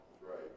Right